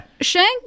Shank